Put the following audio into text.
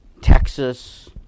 Texas